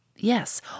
Yes